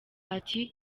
ati